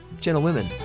gentlewomen